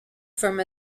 from